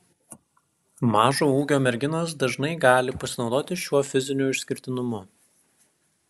mažo ūgio merginos dažnai gali pasinaudoti šiuo fiziniu išskirtinumu